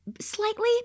slightly